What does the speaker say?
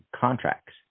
contracts